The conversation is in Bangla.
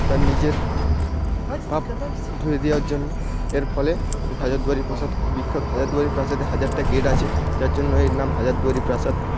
তার নিজের পাপ ধুয়ে দেওয়ার জন্য এর ফলে ঐ হাজারদুয়ারি প্রসাদ খুব বিখ্যাত হাজারদুয়ারি প্রাসাদে হাজারটা গেট আছে যার জন্য এর নাম হাজারদুয়ারি প্রাসাদ